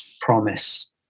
promise